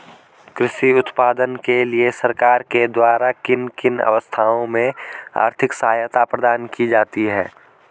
कृषि उत्पादन के लिए सरकार के द्वारा किन किन अवस्थाओं में आर्थिक सहायता प्रदान की जाती है?